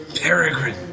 Peregrine